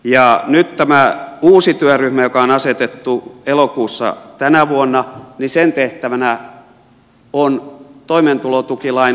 nyt tämän uuden työryhmän joka on asetettu elokuussa tänä vuonna tehtävänä on toimeentulotukilain kokonaisvaltaisempi uudistaminen